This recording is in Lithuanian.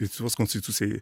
lietuvos konstitucijai